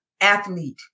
athlete